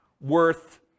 worth